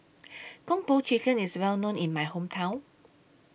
Kung Po Chicken IS Well known in My Hometown